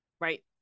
right